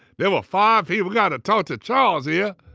there were five people got to talk to charles yeah